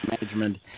management